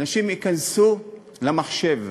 אנשים ייכנסו למחשב,